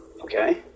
okay